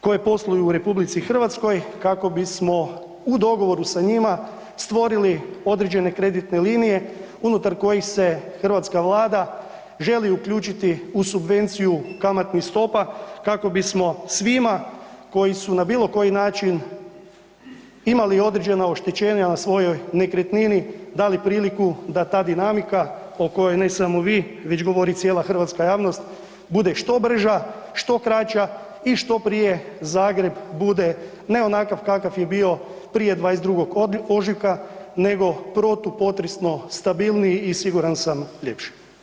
koje posluju u RH kako bismo u dogovoru sa njima stvorili određene kreditne linije unutar kojih se hrvatska Vlada želi uključiti u subvenciju kamatnih stopa kako bismo svima koji su na bilo koji način imali određena oštećenja na svojoj nekretnini dali priliku da ta dinamika o kojoj ne samo vi, već govori cijela hrvatska javnost bude što brža, što kraća i što prije Zagreb bude ne onakav kakav je bio prije 22. ožujka, nego protupotresno stabilniji i siguran sam ljepši.